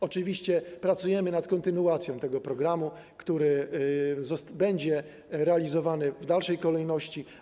Oczywiście pracujemy nad kontynuacją tego programu, który będzie realizowany w dalszej kolejności.